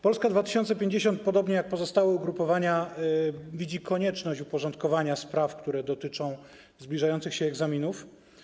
Polska 2050, podobnie jak pozostałe ugrupowania, widzi konieczność uporządkowania spraw, które dotyczą zbliżających się egzaminów.